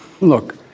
Look